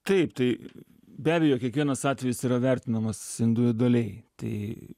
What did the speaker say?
taip tai be abejo kiekvienas atvejis yra vertinamas individualiai tai